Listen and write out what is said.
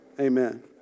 Amen